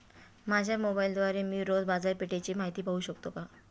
माझ्या मोबाइलद्वारे मी रोज बाजारपेठेची माहिती पाहू शकतो का?